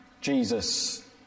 Jesus